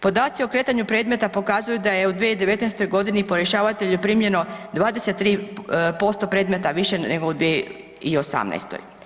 Podaci o kretanju predmeta pokazuju da je u 2019.g. po rješavatelju primljeno 23% predmeta više nego u 2018.